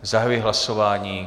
Zahajuji hlasování.